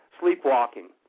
Sleepwalking